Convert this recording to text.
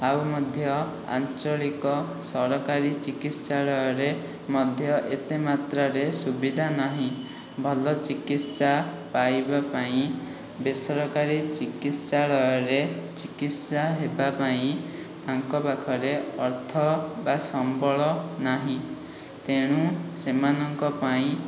ଆଉ ମଧ୍ୟ ଆଞ୍ଚଳିକ ସରକାରୀ ଚିକିତ୍ସାଳୟରେ ମଧ୍ୟ ଏତେମାତ୍ରାରେ ସୁବିଧା ନାହିଁ ଭଲ ଚିକିତ୍ସା ପାଇବାପାଇଁ ବେସରକାରୀ ଚିକିତ୍ସାଳୟରେ ଚିକିତ୍ସା ହେବାପାଇଁ ତାଙ୍କପାଖରେ ଅର୍ଥ ବା ସମ୍ବଳ ନାହିଁ ତେଣୁ ସେମାନଙ୍କ ପାଇଁ